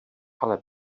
ale